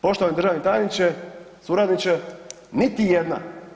Poštovani državni tajniče, suradniče, niti jedna.